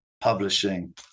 publishing